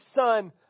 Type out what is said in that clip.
son